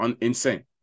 insane